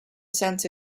sense